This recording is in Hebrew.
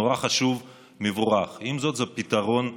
נורא חשוב ומבורך, ועם זאת, זה פתרון זמני.